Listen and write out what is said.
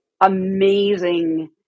amazing